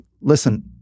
listen